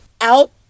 Out